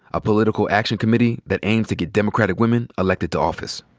a political action committee that aims to get democratic women elected to office.